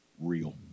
real